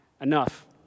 enough